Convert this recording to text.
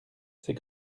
c’est